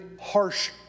harsh